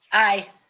aye.